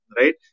Right